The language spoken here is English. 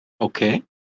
okay